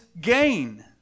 gain